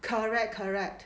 correct correct